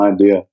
idea